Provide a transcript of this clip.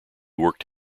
worked